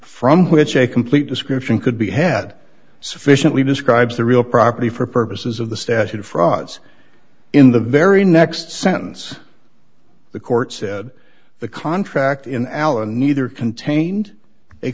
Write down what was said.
from which a complete description could be had sufficiently describes the real property for purposes of the statute of frauds in the very next sentence the court said the contract in allen neither contained